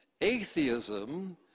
Atheism